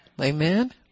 Amen